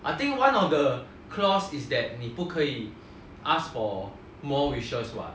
I think one of the clause is that 你不可以 ask for more wishes what